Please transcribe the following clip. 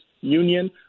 Union